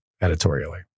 Editorially